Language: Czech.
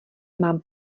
mám